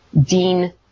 Dean